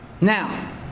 Now